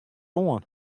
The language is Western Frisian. oan